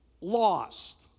lost